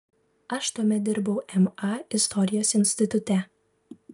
aš tuomet dirbau ma istorijos institute